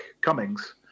Cummings